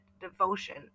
devotion